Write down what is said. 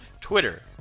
Twitter